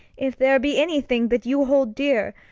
if there be any thing that you hold dear,